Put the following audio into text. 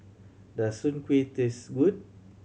does Soon Kueh taste good